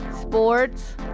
Sports